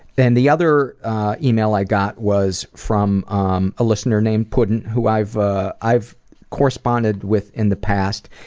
and the other email i got was from um a listener named puddin' who i've ah i've corresponded with in the past,